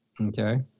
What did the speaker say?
okay